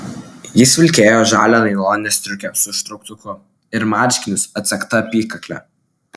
jis vilkėjo žalią nailoninę striukę su užtrauktuku ir marškinius atsegta apykakle